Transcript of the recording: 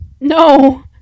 No